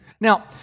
Now